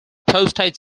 postage